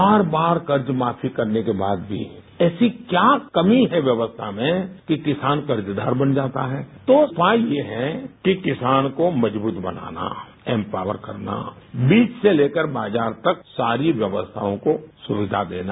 बार बार कर्ज माफी करने के बाद भी ऐसी क्या कमी है व्यवस्था में कि किसान कर्जदार बन जाता है तो उपाय ये है कि किसान को मजबूत बनाना एम्पॉवर करना बीज से लेकर बाजार तक सारी व्यवस्थाओं को सुविधा देना